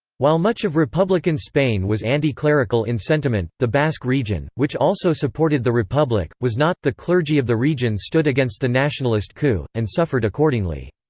while much of republican spain was anti-clerical in sentiment, the basque region, which also supported the republic, was not the clergy of the region stood against the nationalist coup, and suffered accordingly.